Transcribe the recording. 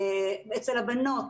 אצל בנות